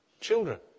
Children